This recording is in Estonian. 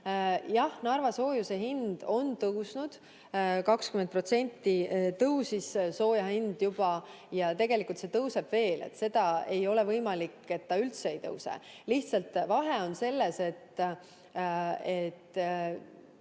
jah, Narva soojuse hind on tõusnud. 20% tõusis sooja hind juba ja tegelikult see tõuseb veel. Ei ole võimalik, et see üldse ei tõuse. Lihtsalt asi on selles, et